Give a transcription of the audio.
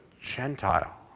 Gentile